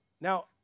Now